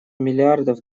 миллиардов